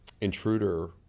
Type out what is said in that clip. Intruder